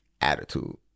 attitude